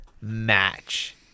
match